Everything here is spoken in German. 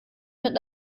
mit